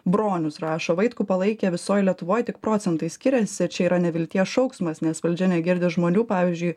bronius rašo vaitkų palaikė visoj lietuvoj tik procentai skiriasi čia yra nevilties šauksmas nes valdžia negirdi žmonių pavyzdžiui